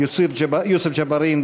יוסף ג'בארין,